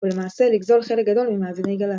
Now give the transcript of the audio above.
ולמעשה לגזול חלק גדול ממאזיני גל"צ.